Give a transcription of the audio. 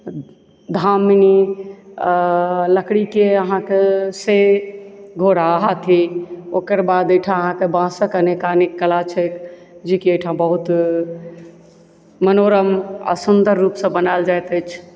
धामी आ लकड़ीके आहाँके से घोड़ा हाथी ओकर बाद एहिठाम आहाँके बाँसक अनेकानेक कला छैक जेकि एहिठाम बहुत मनोरम आ सुन्दर रूपसँ बनायल जाइत अछि